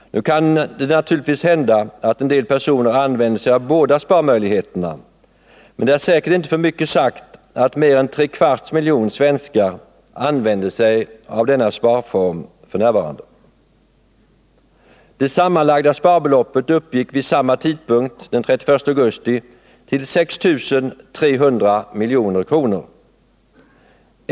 Nu kan det naturligtvis hända att en del personer använder båda sparmöjligheterna, men det är säkert inte för mycket sagt att mer än tre kvarts miljon svenskar f.n. använder denna sparform. Det sammanlagda sparbeloppet uppgick vid samma tidpunkt — den 31 augusti — till 6 300 milj.kr.